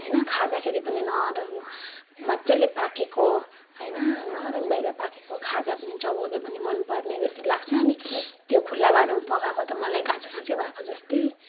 होइन खाँदाखेरि पनि नरम मजाले पाकेको होइन नरम भएर पाकेको खाँदा पनि चबाउँदा पनि मनपर्ने जस्तै लाग्छ अनि त्यो खुल्ला भाँडामा पकाएको त मलाई काँचै काँचै भएको जस्तै